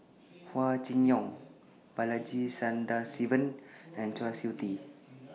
Hua Chai Yong Balaji Sadasivan and Kwa Siew Tee